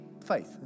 faith